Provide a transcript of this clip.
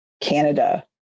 Canada